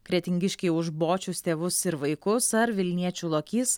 kretingiškiai už bočius tėvus ir vaikus ar vilniečių lokys